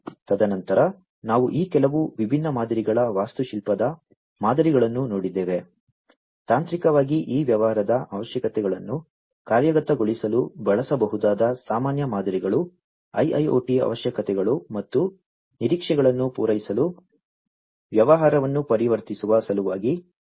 ತದನಂತರ ನಾವು ಈ ಕೆಲವು ವಿಭಿನ್ನ ಮಾದರಿಗಳ ವಾಸ್ತುಶಿಲ್ಪದ ಮಾದರಿಗಳನ್ನು ನೋಡಿದ್ದೇವೆ ತಾಂತ್ರಿಕವಾಗಿ ಈ ವ್ಯವಹಾರದ ಅವಶ್ಯಕತೆಗಳನ್ನು ಕಾರ್ಯಗತಗೊಳಿಸಲು ಬಳಸಬಹುದಾದ ಸಾಮಾನ್ಯ ಮಾದರಿಗಳು IIoT ಅವಶ್ಯಕತೆಗಳು ಮತ್ತು ನಿರೀಕ್ಷೆಗಳನ್ನು ಪೂರೈಸಲು ವ್ಯವಹಾರವನ್ನು ಪರಿವರ್ತಿಸುವ ಸಲುವಾಗಿ ಇದಾಗಿದೆ